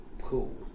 Cool